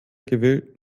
gewillt